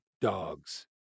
dogs